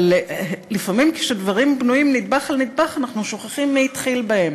אבל לפעמים כשדברים בנויים נדבך על נדבך אנחנו שוכחים מי התחיל בהם,